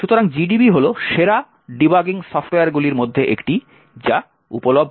সুতরাং gdb হল সেরা ডিবাগিং সফ্টওয়্যারগুলির মধ্যে একটি যা উপলব্ধ